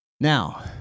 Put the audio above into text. Now